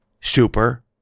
Super